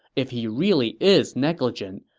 if he really is negligent,